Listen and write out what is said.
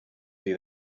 see